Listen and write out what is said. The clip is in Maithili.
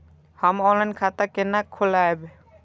हम ऑनलाइन खाता केना खोलैब?